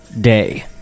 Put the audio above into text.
Day